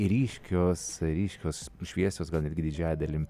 ryškios ryškios šviesos gal netgi didžiąja dalim